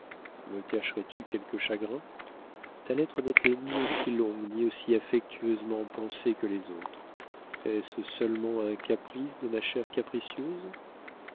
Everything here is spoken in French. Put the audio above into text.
me cacherais tu quelque chagrin ta lettre n'était ni aussi longue ni aussi affectueusement pensée que les autres est-ce seulement un caprice de ma chère capricieuse